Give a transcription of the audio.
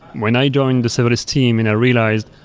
when i joined the serverless team and i realized,